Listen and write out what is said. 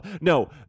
No